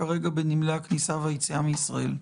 כרגע בנמלי הכניסה והיציאה מישראל?